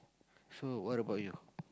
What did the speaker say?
so what about you